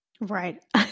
Right